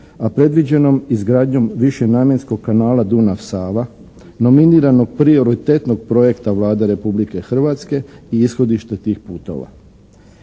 a predviđenom izgradnjom višenamjenskog kanala Dunav-Sava, nominiranog prioritetnog Vlada Republike Hrvatske i ishodište tih putova.